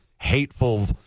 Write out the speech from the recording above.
hateful